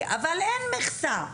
אבל אין מכסה,